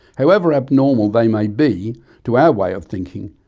however abnormal they may be to our way of thinking,